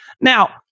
Now